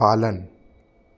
पालन